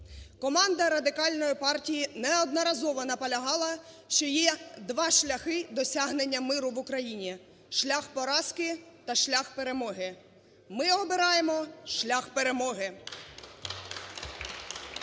Команда Радикальної партії неодноразово наполягала, що є два шляхи досягнення миру в Україні: шлях поразки та шлях перемоги. Ми обираємо шлях перемоги!